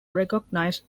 recognized